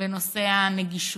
בנושא הנגישות.